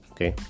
Okay